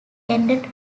ended